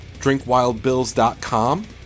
drinkwildbills.com